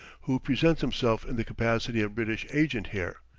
who presents himself in the capacity of british agent here.